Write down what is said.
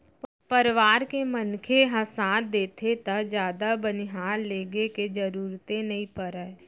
परवार के मनखे ह साथ देथे त जादा बनिहार लेगे के जरूरते नइ परय